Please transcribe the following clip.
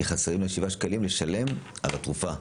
כי חסרים לה שבעה שקלים לשלם על התרופה.